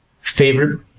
Favorite